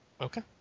Okay